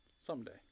Someday